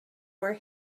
were